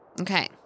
Okay